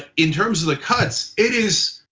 in terms of the cuts, it is